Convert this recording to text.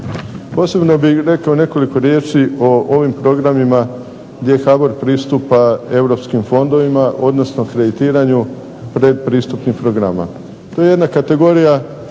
Posebno bih rekao nekoliko riječi o ovim programima gdje HBOR pristupa europskim fondovima odnosno kreditiranju predpristupnih programa. To je jedna kategorija